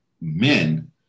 men